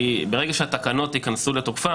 ברגע שהתקנות יכנסו לתוקפן,